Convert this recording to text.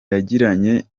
yagiranye